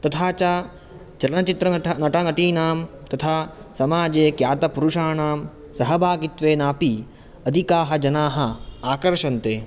तथा च चलनचित्र नटनटीनां तथा समाजे क्यातपुरुषाणां सहभागित्वेनापि अधिकाः जनाः आकर्षन्ते